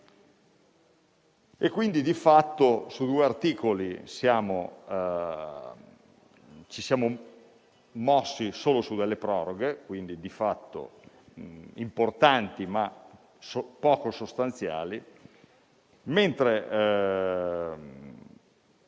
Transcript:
quindi, su due articoli ci siamo mossi solo su delle proroghe, quindi importanti ma poco sostanziali, mentre